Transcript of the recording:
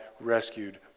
rescued